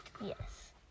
Yes